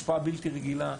השפעה בלתי רגילה.